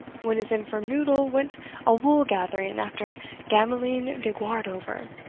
when his infirm noddle went a wool-gathering after gamelyn de guardover?